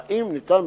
אם ניתן,